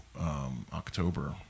October